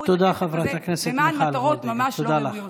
לקחו את הכסף הזה למען מטרות ממש לא ראויות.